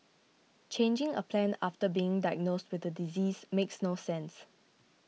changing a plan after being diagnosed with the disease makes no sense